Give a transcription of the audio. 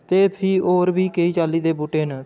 ते फ्ही होर बी केईं चाल्ली दे बूह्टे न